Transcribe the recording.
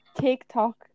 TikTok